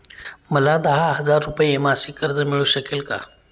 मला दहा हजार रुपये मासिक कर्ज मिळू शकेल का?